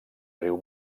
riu